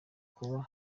kuba